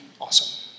awesome